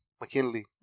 McKinley